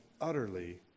utterly